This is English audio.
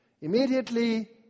Immediately